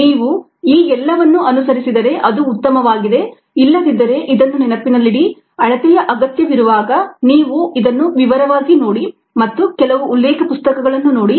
ನೀವು ಈ ಎಲ್ಲವನ್ನು ಅನುಸರಿಸಿದರೆ ಅದು ಉತ್ತಮವಾಗಿದೆ ಇಲ್ಲದಿದ್ದರೆ ಇದನ್ನು ನೆನಪಿನಲ್ಲಿಡಿ ಅಳತೆಯ ಅಗತ್ಯವಿರುವಾಗ ನೀವು ಇದನ್ನು ವಿವರವಾಗಿ ನೋಡಿ ಅಥವಾ ಕೆಲವು ಉಲ್ಲೇಖ ಪುಸ್ತಕಗಳನ್ನು ನೋಡಿ